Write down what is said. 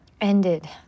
ended